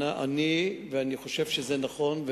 אני חושב שזה נכון,